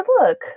Look